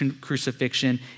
crucifixion